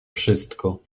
wszystko